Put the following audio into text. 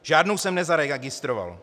Žádnou jsem nezaregistroval.